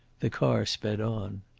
the car sped on.